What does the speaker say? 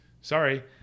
Sorry